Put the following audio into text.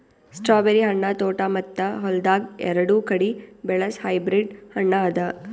strawberry ಹಣ್ಣ ತೋಟ ಮತ್ತ ಹೊಲ್ದಾಗ್ ಎರಡು ಕಡಿ ಬೆಳಸ್ ಹೈಬ್ರಿಡ್ ಹಣ್ಣ ಅದಾ